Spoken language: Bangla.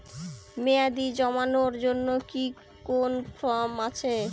মেয়াদী জমানোর জন্য কি কোন ফর্ম আছে?